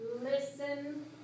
Listen